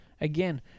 Again